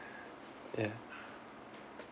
ya